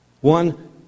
One